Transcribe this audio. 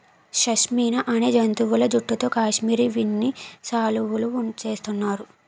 షష్మినా అనే జంతువుల జుట్టుతో కాశ్మిరీ ఉన్ని శాలువులు చేస్తున్నారు